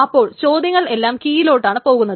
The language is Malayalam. അപ്പോൾ ചോദ്യങ്ങൾ എല്ലാം കീയിലോട്ടാണ് പോകുന്നത്